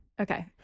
Okay